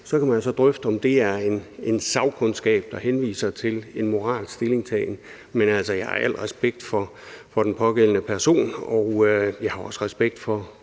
så kan man drøfte, om det er en sagkundskab, der henviser til en moralsk stillingtagen, men jeg har al respekt for den pågældende person. Jeg har også respekt for